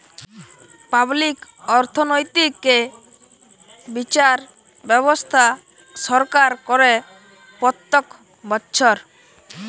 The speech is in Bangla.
পাবলিক অর্থনৈতিক্যে বিচার ব্যবস্থা সরকার করে প্রত্যক বচ্ছর